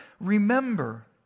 Remember